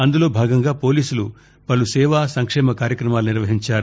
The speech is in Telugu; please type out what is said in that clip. అందులో భాగంగా పోలీసులు పలు సేవా సంక్షేమ కార్యక్రమాలు నిర్వహించారు